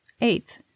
Eighth